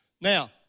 Now